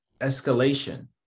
escalation